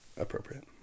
appropriate